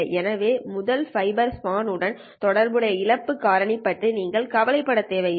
எனவே முதல் fibre span H1 உடன் தொடர்புடைய இழப்பு காரணி பற்றி நீங்கள் கவலைப்பட தேவையில்லை